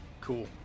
Cool